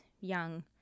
young